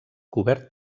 cobert